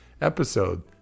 episode